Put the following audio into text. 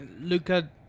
Luca